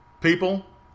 People